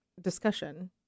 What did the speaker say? discussion